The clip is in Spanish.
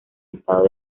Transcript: estado